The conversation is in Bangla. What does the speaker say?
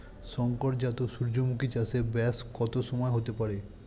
শংকর জাত সূর্যমুখী চাসে ব্যাস কত সময় হতে পারে?